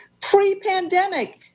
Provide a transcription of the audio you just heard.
pre-pandemic